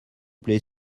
plait